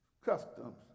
customs